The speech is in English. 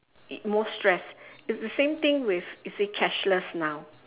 it most stress it's the same thing with you say cashless now